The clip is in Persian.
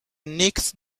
نیکز